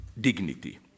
dignity